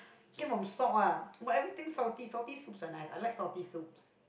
came from salt what what anythings salty salty soup and like I like salty soup